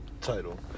title